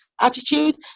attitude